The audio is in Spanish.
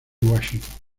washington